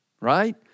right